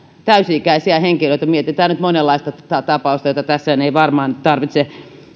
täysi ikäisiä henkilöitä mietitään nyt monenlaisia tapauksia joita tässä ei varmaan nyt tarvitse